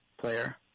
player